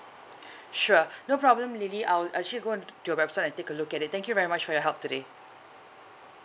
sure no problem lily I will actually go onto your website and take a look at it thank you very much for your help today